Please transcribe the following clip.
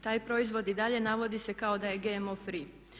Taj proizvod i dalje navodi se kao da je GMO free.